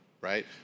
right